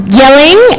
yelling